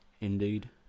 Indeed